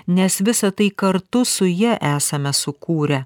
nes visa tai kartu su ja esame sukūrę